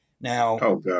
Now